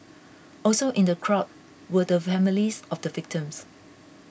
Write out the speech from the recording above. also in the crowd were the families of the victims